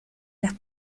las